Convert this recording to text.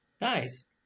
Nice